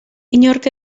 inork